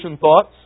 thoughts